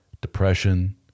depression